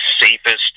safest